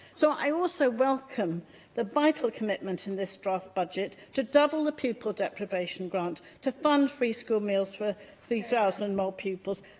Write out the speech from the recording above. so, i also welcome the vital commitment in this draft budget to double the pupil deprivation grant, to fund free school meals for three thousand more pupils,